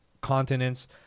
continents